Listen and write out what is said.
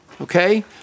Okay